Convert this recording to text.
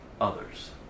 others